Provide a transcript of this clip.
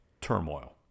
turmoil